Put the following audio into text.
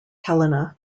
helena